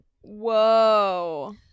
Whoa